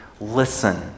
listen